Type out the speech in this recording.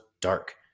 dark